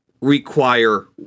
require